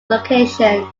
location